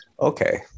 okay